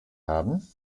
haben